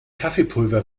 kaffeepulver